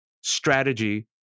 strategy